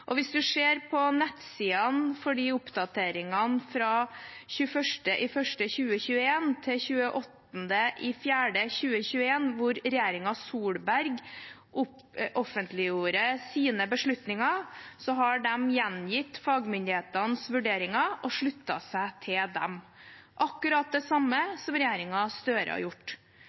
Hvis man ser på nettsiden for oppdateringene fra 21. januar 2021 til 28. april 2021, hvor regjeringen Solberg offentliggjorde sine beslutninger, har de gjengitt fagmyndighetenes vurderinger og sluttet seg til dem, akkurat det samme som regjeringen Støre har gjort.